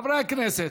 חברי הכנסת,